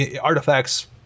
artifacts